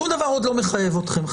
שום דבר עוד לא מחייב אתכם.